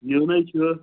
نیُٚنَے چھُ